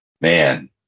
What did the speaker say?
man